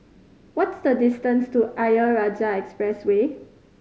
what's the distance to Ayer Rajah Expressway